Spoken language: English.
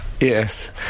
Yes